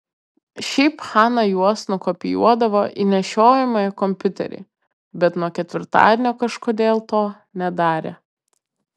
šiaip hana juos nukopijuodavo į nešiojamąjį kompiuterį bet nuo ketvirtadienio kažkodėl to nedarė